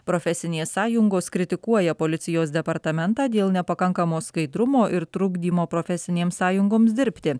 profesinės sąjungos kritikuoja policijos departamentą dėl nepakankamo skaidrumo ir trukdymo profesinėms sąjungoms dirbti